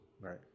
right